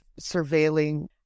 surveilling